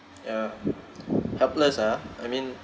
ya helpless ah I mean